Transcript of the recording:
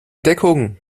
deckung